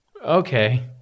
Okay